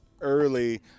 early